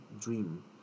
dream